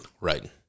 Right